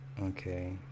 Okay